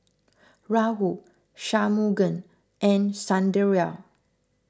Rahul Shunmugam and Sunderlal